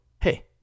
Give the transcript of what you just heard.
hey